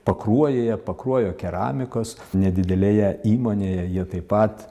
pakruojyje pakruojo keramikos nedidelėje įmonėje jie taip pat